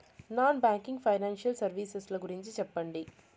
Non banking financial services ల గురించి సెప్పండి?